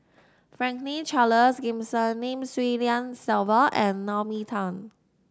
Franklin Charles Gimson Lim Swee Lian Sylvia and Naomi Tan